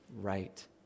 right